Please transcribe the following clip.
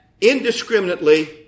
indiscriminately